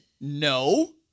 No